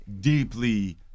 deeply